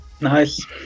Nice